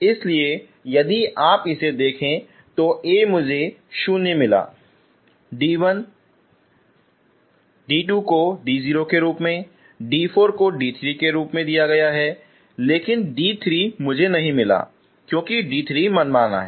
इसलिए यदि आप इसे देखें तो A मुझे 0 मिला और d1 d2 को d0 के रूप में d4 को d3 के रूप में दिया गया है लेकिन d3 मुझे नहीं मिला क्यूंकी d3 मनमाना है